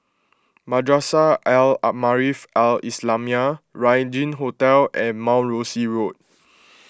Madrasah Al Maarif Al Islamiah Regin Hotel and Mount Rosie Road